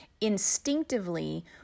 Instinctively